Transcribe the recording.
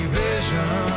vision